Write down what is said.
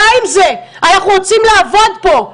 די עם זה, אנחנו רוצים לעבוד פה.